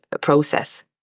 process